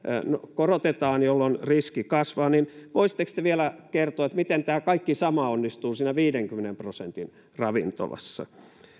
korotetaan jolloin riski kasvaa niin voisitteko te vielä kertoa miten tämä kaikki sama onnistuu siinä viidenkymmenen prosentin ravintolassa